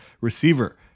receiver